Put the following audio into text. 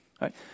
right